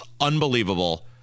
unbelievable